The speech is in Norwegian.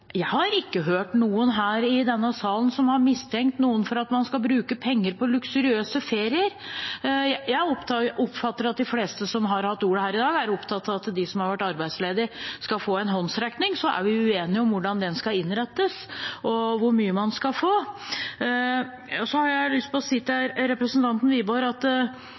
Jeg har ikke hørt noen her i salen som har mistenkt noen for å bruke penger på luksuriøse ferier. Jeg oppfatter at de fleste som har hatt ordet her i dag, er opptatt av at de som har vært arbeidsledige, skal få en håndsrekning. Så er vi uenige om hvordan den skal innrettes, og hvor mye man skal få. Jeg har lyst til å si til representanten Wiborg at